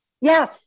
Yes